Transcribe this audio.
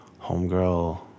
homegirl